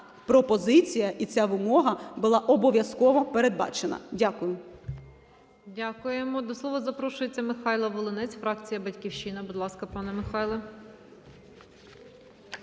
пропозиція і ця вимога була обов'язково передбачена. Дякую. ГОЛОВУЮЧА. Дякуємо. До слова запрошується Михайло Волинець, фракція "Батьківщина". Будь ласка, пане Михайло.